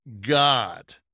God